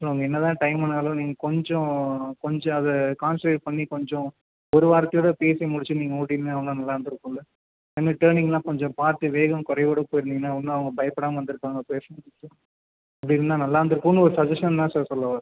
so அங்கே என்னதான் time ஆனாலும் நீங்கள் கொஞ்சம் கொஞ்சம் அத கான்சன்ட்ரேட் பண்ணி கொஞ்சம் ஒரு வார்த்தையோடு பேசி முடிச்சுட்டு நீங்கள் ஓட்டிடிருந்தீங்கன்னா எவ்வளோ நல்லாயிருந்துருக்குல்ல அது மாதிரி டேர்னிங்கெலாம் கொஞ்சம் பார்த்து வேகம் குறைவோட போயிருந்தீங்கன்னால் இன்னும் அவங்க பயப்படாமல் வந்திருப்பாங்க பேசஞ்சரஸு அப்படி இருந்தால் நல்லா இருந்துருக்கும்னு ஒரு சஜஷன் தான் சார் சொல்ல வரேன்